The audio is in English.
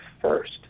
first